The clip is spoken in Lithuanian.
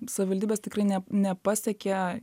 savivaldybės tikrai ne nepasiekia